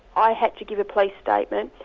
i had to give a police statement,